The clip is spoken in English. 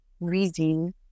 reason